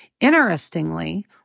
Interestingly